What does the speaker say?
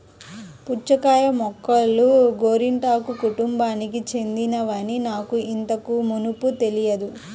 పుచ్చకాయ మొక్కలు గోరింటాకు కుటుంబానికి చెందినవని నాకు ఇంతకు మునుపు తెలియదు